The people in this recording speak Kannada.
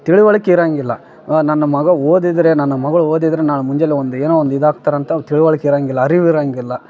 ತಿಳುವಳಿಕೆ ಇರೊಂಗಿಲ್ಲಾ ನನ್ನ ಮಗ ಓದಿದರೆ ನನ್ನ ಮಗಳು ಓದಿದರೆ ನಾನು ಮುಂಜಾನೆ ಒಂದು ಏನೋ ಒಂದು ಇದಾಗ್ತಾರಂತ ತಿಳುವಳಿಕೆ ಇರೊಂಗಿಲ್ಲ ಅರಿವು ಇರೊಂಗಿಲ್ಲ